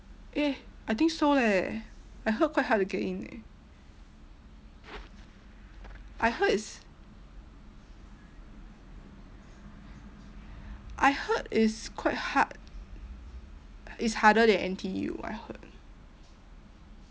eh I think so leh I heard quite hard to get in leh I heard it's I heard it's quite hard it's harder than N_T_U I heard